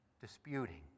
disputing